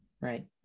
right